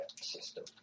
system